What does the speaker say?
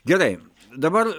gerai dabar